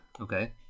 Okay